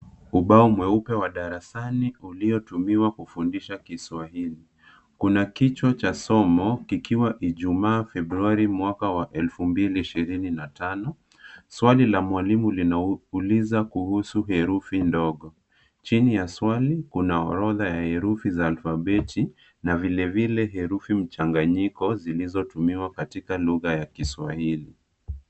Ubao mweupe wa darasani uliotumiwa kufundisha Kiswahili. Kuna kichwa cha somo, kikiwa Ijuma Februari mwaka wa elfu mbili ishirini na tano. Swali la mwalimu linauliza kuhusu herufi ndogo. Chini ya swali, kuna orodha ya herufi za alfabeti, na vilevile herufi mchanganyiko zilizotumiwa katika lugha ya Kiswahili.